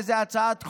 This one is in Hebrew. איזו הצעת חוק,